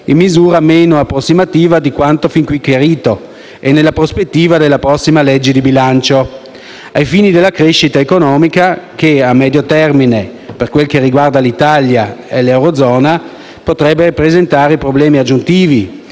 in misura meno approssimativa di quanto fin qui chiarito e nella prospettiva della prossima legge di bilancio. Ai fini della crescita economica, che a medio termine, per quel che riguarda l'Italia e l'eurozona, potrebbe presentare problemi aggiuntivi,